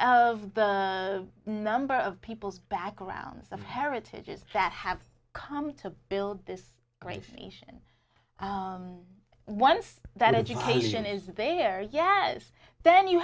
of the number of people's backgrounds and heritages chat have come to build this great nation once that education is there yes then you